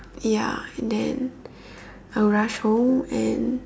ya and then I'll rush home and